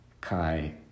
kai